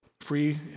free